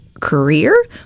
career